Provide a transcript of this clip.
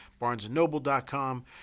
BarnesandNoble.com